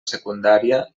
secundària